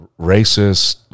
Racist